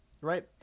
right